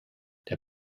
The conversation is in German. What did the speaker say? der